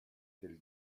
del